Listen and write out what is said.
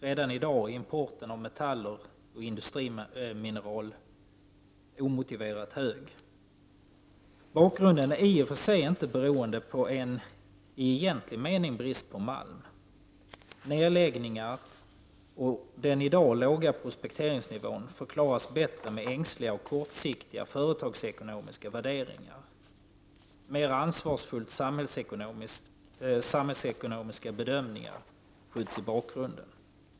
Redan i dag är importen av metaller och industrimineraler omotiverat hög. Bakgrunden är i och för sig inte beroende av brist på malm i egentlig mening. Nedläggningar och den i dag låga prospekteringsnivån förklaras bättre av ängsliga och kortsiktiga företagsekonomiska värderingar. Mera ansvarsfulla samhällsekonomiska bedömningar skjuts i bakgrunden.